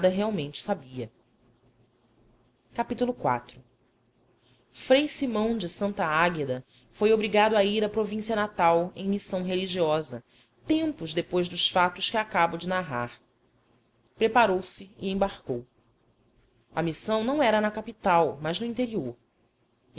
realmente sabia capítulo iv frei simão de santa águeda foi obrigado a ir à província natal em missão religiosa tempos depois dos fatos que acabo de narrar preparou-se e embarcou a missão não era na capital mas no interior